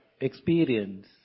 experience